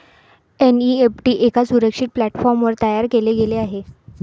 NEFT एका सुरक्षित प्लॅटफॉर्मवर तयार केले गेले आहे